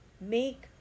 make